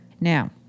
Now